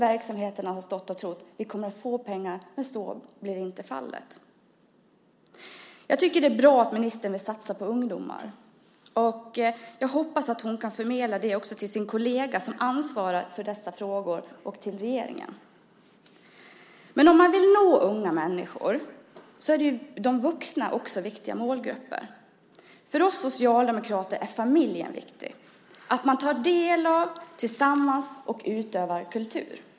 Verksamheterna har stått och trott att de kommer att få pengar, men så har inte blivit fallet. Jag tycker att det är bra att ministern vill satsa på ungdomar. Jag hoppas att hon också kan förmedla det till sin kollega som ansvarar för dessa frågor och till regeringen. Men om man vill nå unga människor är ju de vuxna också viktiga målgrupper. För oss socialdemokrater är familjen viktig. Det handlar om att man tillsammans tar del av och utövar kultur.